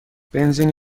بنزینی